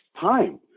time